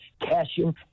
cashing